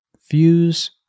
Fuse